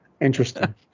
interesting